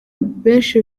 benshi